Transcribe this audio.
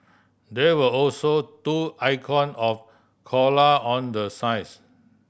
there were also two icon of koala on the signs